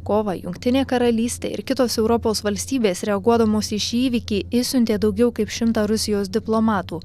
kovą jungtinė karalystė ir kitos europos valstybės reaguodamos į šį įvykį išsiuntė daugiau kaip šimtą rusijos diplomatų